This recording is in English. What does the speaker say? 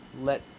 let